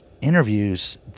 interviews